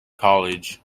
college